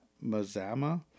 Mazama